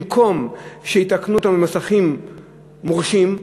במקום שיתקנו אותם במוסכים מורשים,